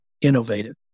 innovative